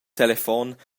telefon